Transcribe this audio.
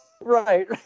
Right